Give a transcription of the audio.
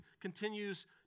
continues